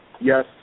yes